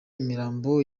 imirambo